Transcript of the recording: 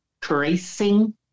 tracing